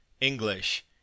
English